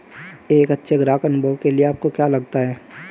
एक अच्छे ग्राहक अनुभव के लिए आपको क्या लगता है?